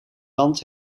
land